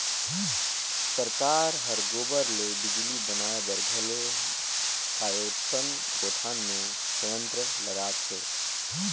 सरकार हर गोबर ले बिजली बनाए बर घलो कयोठन गोठान मे संयंत्र लगात हे